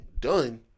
done